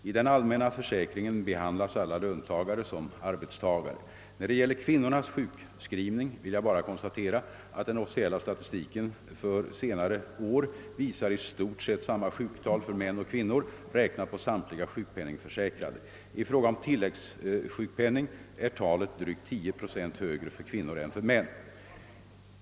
I den allmänna försäkringen behandlas alla löntagare som arbetstagare. När det gäller kvinnornas sjukskrivning vill jag bara konstatera, att den officiella statistiken för senare år visar i stort sett samma sjuktal för män och kvinnor räknat på samtliga sjukpenningförsäkrade. 1 fråga om tillägssjukpenning är talet drygt 10 procent högre för kvinnor än för män.